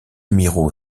miro